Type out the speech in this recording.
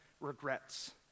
regrets